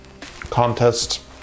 contest